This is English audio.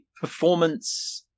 performance